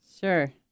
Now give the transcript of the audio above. Sure